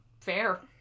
Fair